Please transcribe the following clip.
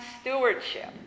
stewardship